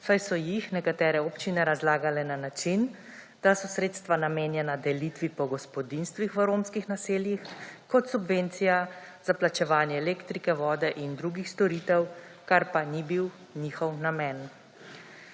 (TB) – 15.00** (nadaljevanje) na način, da so sredstva namenjena delitvi po gospodinjstvih v romskih naseljih, kot subvencija za plačevanje elektrike, vode in drugih storitev, kar pa ni bil njihov namen.